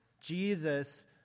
Jesus